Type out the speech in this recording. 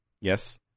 Yes